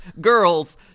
Girls